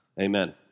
Amen